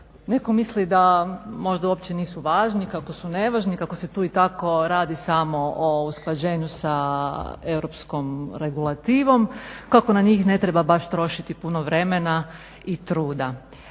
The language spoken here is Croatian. netko misli da možda uopće nisu važni, kako su nevažni, kako se tu i tako radi samo o usklađenju sa europskom regulativom, kako na njih ne treba baš trošiti puno vremena i truda.